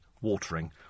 watering